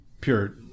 pure